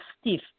stiff